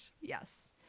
Yes